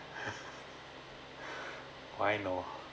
why no